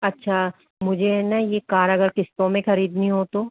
अच्छा मुझे ना ये कार अगर किस्तो में खरीदनी हो तो